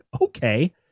okay